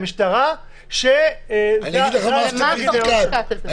מהמשטרה תעודה על עצמו?